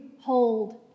hold